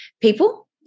People